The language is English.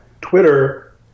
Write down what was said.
Twitter